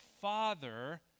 Father